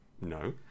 No